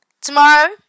Tomorrow